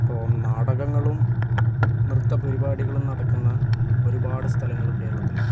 ഇപ്പോൾ നാടകങ്ങളും നൃത്തപരിപാടികളും നടക്കുന്ന ഒരുപാട് സ്ഥലങ്ങള് കേരളത്തിലുണ്ട്